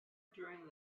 during